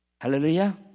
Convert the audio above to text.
Hallelujah